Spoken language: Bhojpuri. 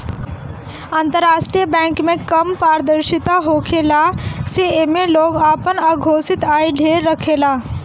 अंतरराष्ट्रीय बैंक में कम पारदर्शिता होखला से एमे लोग आपन अघोषित आय ढेर रखेला